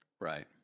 right